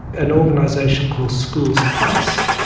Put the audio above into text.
an organisation called schools plus,